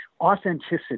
authenticity